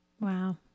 Wow